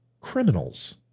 criminals